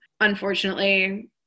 Unfortunately